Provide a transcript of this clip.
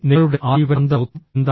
നിങ്ങളുടെ ആജീവനാന്ത ദൌത്യം എന്താണ്